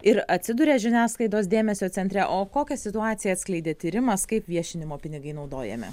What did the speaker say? ir atsiduria žiniasklaidos dėmesio centre o kokią situaciją atskleidė tyrimas kaip viešinimo pinigai naudojami